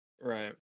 right